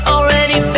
Already